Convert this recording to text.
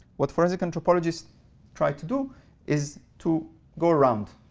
what forensic anthropologists try to do is to go around.